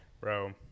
bro